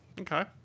Okay